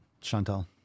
Chantal